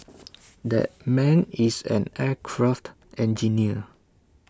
that man is an aircraft engineer